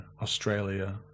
Australia